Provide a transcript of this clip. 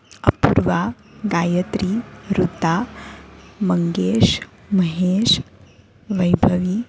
Apurva Gayatri Ruta Mangesh Mahesh Vaibhavi